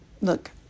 Look